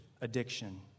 addiction